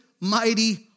mighty